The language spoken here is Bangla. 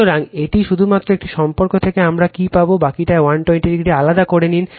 সুতরাং এটি শুধুমাত্র একটি সম্পর্ক থেকে আমরা এটি পাব বাকিটা 120o আলাদা করে নিন